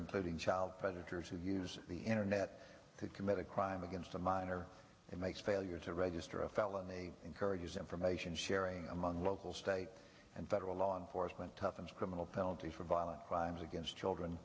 including child predators who use the internet to commit a crime against a minor it makes failure to register a felony encourages information sharing among local state and federal law enforcement toughens criminal penalties for violent crimes against children